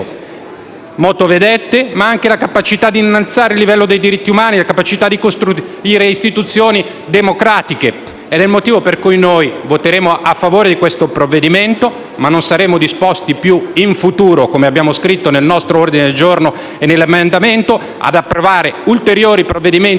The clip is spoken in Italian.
motovedette, ma anche la capacità di innalzare il livello dei diritti umani, la capacità di costruire istituzioni democratiche. È questo il motivo per cui noi voteremo a favore del provvedimento in esame, ma non saremo più disposti in futuro - come abbiamo scritto nel nostro ordine del giorno e nell'emendamento - ad approvare ulteriori provvedimenti che si limitino